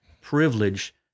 privilege